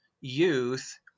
youth